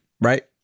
Right